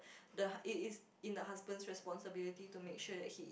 the hu~ it is in the husband's responsibility to make sure that he